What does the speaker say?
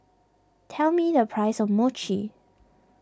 tell me the price of Mochi